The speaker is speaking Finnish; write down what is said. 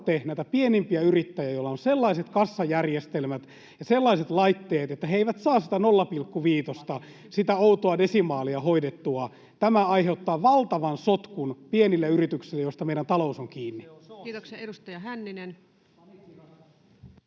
näitä pienimpiä yrittäjiä, joilla on sellaiset kassajärjestelmät ja sellaiset laitteet, että he eivät saa sitä 0,5:tä, sitä outoa desimaalia, hoidettua? Tämä aiheuttaa valtavan sotkun pienille yrityksille, joista meidän talous on kiinni. [Markus Lohi: